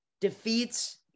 defeats